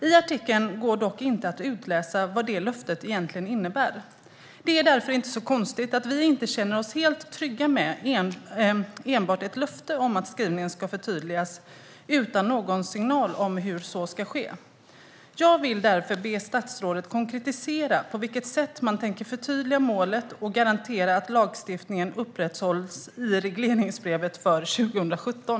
I artikeln går dock inte att utläsa vad det löftet egentligen innebär. Det är därför inte så konstigt att vi inte känner oss helt trygga med enbart ett löfte om att skrivningen ska förtydligas utan någon signal om hur så ska ske. Jag vill därför be statsrådet konkretisera på vilket sätt som man tänker förtydliga målet och garantera att lagstiftningen upprätthålls i regleringsbrevet för 2017.